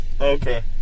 Okay